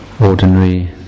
ordinary